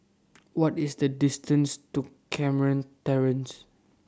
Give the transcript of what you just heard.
What IS The distance to Carmen Terrace